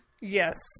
Yes